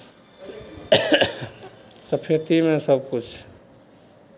सफैतीमे सभकिछु